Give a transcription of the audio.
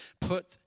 Put